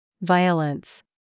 violence